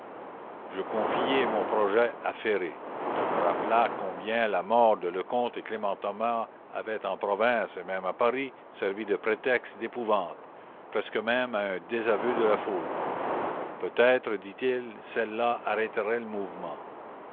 je confiai mon projet à ferré qui me rappela combien la mort de lecomte et clément thomas avait en province et même à paris servi de prétexte d'épouvante presque même à un désaveu de la foule peut-être dit-il celle-là arrêterait le mouvement